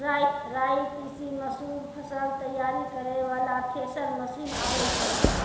राई तीसी मसूर फसल तैयारी करै वाला थेसर मसीन आबै छै?